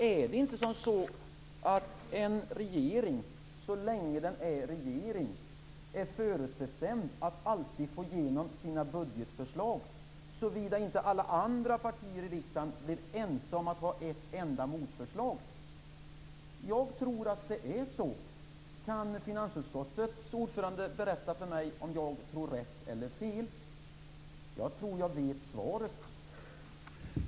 Är det inte så att en regering så länge den är regering är förutbestämd att alltid få igenom sina budgetförslag såvida inte alla andra partier i riksdagen blir ense om att ha ett enda motförslag? Jag tror att det är så. Kan finansutskottets ordförande tala om för mig om jag tror rätt eller fel? Jag tror att jag vet svaret.